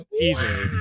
easily